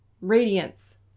Radiance